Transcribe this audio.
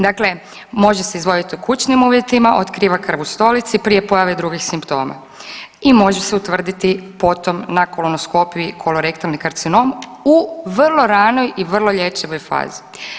Dakle, može se izvoditi u kućnim uvjetima, otkriva krv u stolici prije pojave drugih simptoma i može se utvrditi potom na kolanoskopiji korolektalni karcinom u vrlo ranoj i vrlo lječivoj fazi.